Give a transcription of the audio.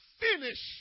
finish